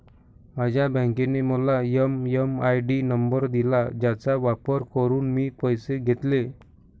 माझ्या बँकेने मला एम.एम.आय.डी नंबर दिला ज्याचा वापर करून मी पैसे घेतले